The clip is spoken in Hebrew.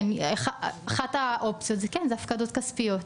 כן, אחת האופציות היא הפקדות כספיות.